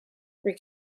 three